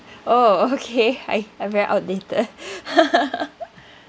oh okay I I very outdated